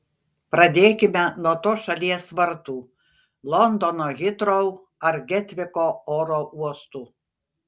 pradėkime nuo tos šalies vartų londono hitrou ar getviko oro uostų